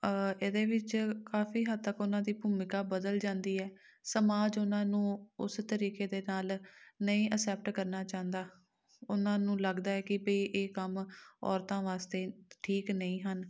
ਇਹਦੇ ਵਿੱਚ ਕਾਫੀ ਹੱਦ ਤੱਕ ਉਹਨਾਂ ਦੀ ਭੂਮਿਕਾ ਬਦਲ ਜਾਂਦੀ ਹੈ ਸਮਾਜ ਉਹਨਾਂ ਨੂੰ ਉਸ ਤਰੀਕੇ ਦੇ ਨਾਲ ਨਹੀਂ ਅਸੈਪਟ ਕਰਨਾ ਚਾਹੁੰਦਾ ਉਹਨਾਂ ਨੂੰ ਲੱਗਦਾ ਹੈ ਕਿ ਵੀ ਇਹ ਕੰਮ ਔਰਤਾਂ ਵਾਸਤੇ ਠੀਕ ਨਹੀਂ ਹਨ